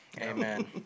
Amen